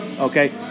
Okay